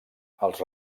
els